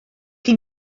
chi